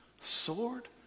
sword